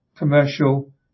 commercial